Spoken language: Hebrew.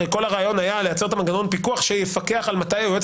הרי כל הרעיון היה לייצר מנגנון פיקוח שייפקח על מתי היועץ